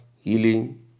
healing